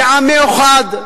כעם מאוחד.